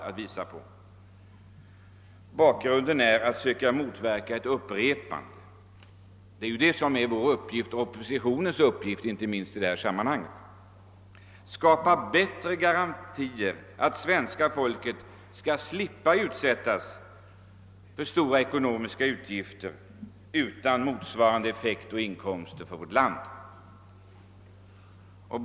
Meningen är att försöka undvika ett upprepande, och detta är inte minst oppositionens uppgift i detta sammanhang. Det gäller att skapa bättre garantier för att svenska folket skall slippa utsättas för stora utgifter utan motsvarande effekter och inkomster för landet.